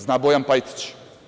Zna Bojan Pajtić.